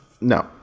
No